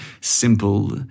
simple